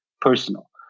personal